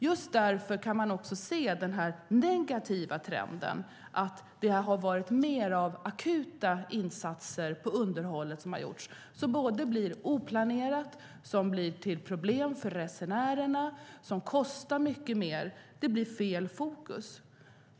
Just därför kan man också se denna negativa trend att det har gjorts mer akuta och oplanerade insatser på underhållet. Det leder till problem för resenärerna och kostar mycket mer. Det blir fel fokus.